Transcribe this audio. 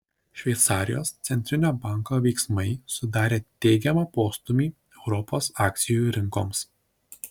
šveicarijos centrinio banko veiksmai sudarė teigiamą postūmį europos akcijų rinkoms